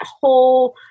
whole